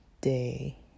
day